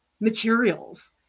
materials